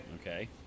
Okay